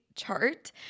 chart